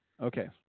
Okay